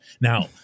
Now